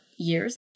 Years